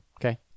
okay